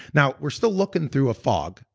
now, we're still looking through a fog,